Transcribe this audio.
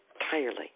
entirely